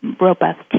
robust